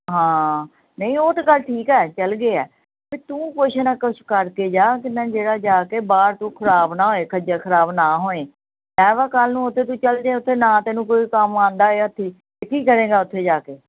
ਹਾਂ ਨਹੀਂ ਉਹ ਤਾਂ ਗੱਲ ਠੀਕ ਹੈ ਚਲ ਗਏ ਆ ਅਤੇ ਤੂੰ ਕੁਛ ਨਾ ਕੁਛ ਕਰਕੇ ਜਾ ਅਤੇ ਮੈਂ ਜਿਹੜਾ ਜਾ ਕੇ ਬਾਹਰ ਤੂੰ ਖਰਾਬ ਨਾ ਹੋਏ ਖੱਜਲ ਖਰਾਬ ਨਾ ਹੋਏ ਐਵੇਂ ਕੱਲ੍ਹ ਨੂੰ ਉੱਥੇ ਤੂੰ ਚਲ ਜਾਏ ਉੱਥੇ ਨਾ ਤੈਨੂੰ ਕੋਈ ਕੰਮ ਆਉਂਦਾ ਹੈ ਹੱਥੀਂ ਅਤੇ ਕੀ ਕਰੇਗਾ ਉੱਥੇ ਜਾ ਕੇ